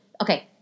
okay